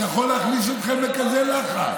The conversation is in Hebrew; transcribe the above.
יכול להכניס אתכם לכזה לחץ?